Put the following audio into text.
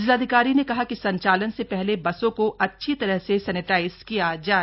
जिलाधिकारी ने कहा कि संचालन से पहले बसों को अच्छी तरह से सैनेटाइज किया जाए